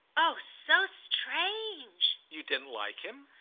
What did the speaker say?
oh so strange! you didn't like him?